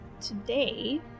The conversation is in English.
today